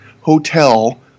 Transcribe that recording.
hotel